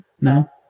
No